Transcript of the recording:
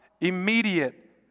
immediate